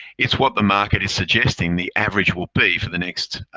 it's what the market is suggesting the average will be for the next